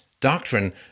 doctrine